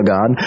God